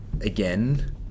again